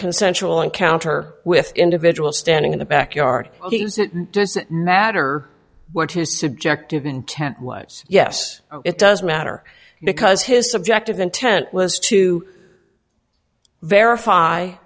consensual encounter with individual standing in the backyard doesn't matter what his subjective intent was yes it does matter because his subjective intent was to verify